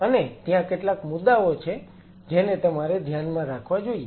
અને ત્યાં કેટલાક મુદ્દાઓ છે જેને તમારે ધ્યાનમાં રાખવા જોઈએ